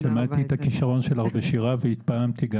שמעתי את הכישרון שלך בשירה והתפעמתי.